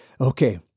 Okay